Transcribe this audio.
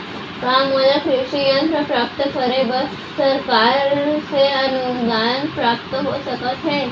का मोला कृषि यंत्र प्राप्त करे बर सरकार से अनुदान प्राप्त हो सकत हे?